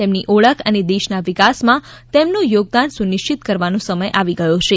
તેમની ઓળખ અને દેશના વિકાસમાં તેમનું યોગદાન સુનિશ્ચિત કરવાનો સમય આવી ગયો છે